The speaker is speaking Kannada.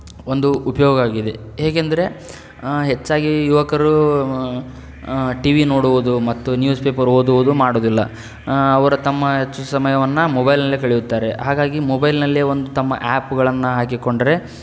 ಒಂದು ಉಪಯೋಗ ಆಗಿದೆ ಹೇಗೆಂದರೆ ಹೆಚ್ಚಾಗಿ ಯುವಕರೂ ಟಿ ವಿ ನೋಡುವುದು ಮತ್ತು ನ್ಯೂಸ್ ಪೇಪರ್ ಓದುವುದು ಮಾಡೋದಿಲ್ಲ ಅವರು ತಮ್ಮ ಹೆಚ್ಚು ಸಮಯವನ್ನು ಮೊಬೈಲ್ನಲ್ಲೇ ಕಳೆಯುತ್ತಾರೆ ಹಾಗಾಗಿ ಮೊಬೈಲ್ನಲ್ಲೇ ಒಂದು ತಮ್ಮ ಆ್ಯಪ್ಗಳನ್ನು ಹಾಕಿಕೊಂಡರೆ